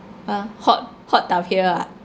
ah hot hot down here ah